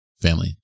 family